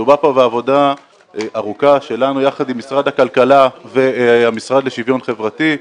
מדובר פה בעבודה ארוכה שלנו יחד עם משרד הכלכלה והמשרד לשוויון חברתי.